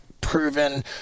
proven